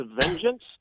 vengeance